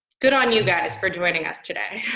good on you guys for joining us today.